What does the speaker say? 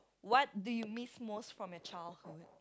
what do you miss most from your childhood